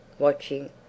watching